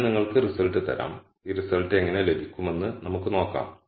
ഞാൻ നിങ്ങൾക്ക് റിസൾട്ട് തരാം ഈ റിസൾട്ട് എങ്ങനെ ലഭിക്കുമെന്ന് നമുക്ക് നോക്കാം